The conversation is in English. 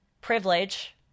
privilege